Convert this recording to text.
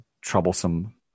troublesome